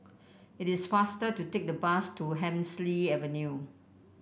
it is faster to take the bus to Hemsley Avenue